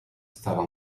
stava